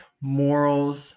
morals